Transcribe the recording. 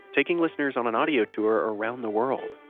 taking listeners on an audio tour around the world.